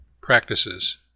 practices